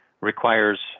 requires